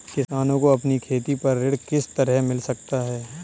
किसानों को अपनी खेती पर ऋण किस तरह मिल सकता है?